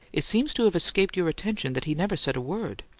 it seems to have escaped your attention that he never said a word.